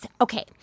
Okay